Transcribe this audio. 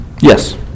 Yes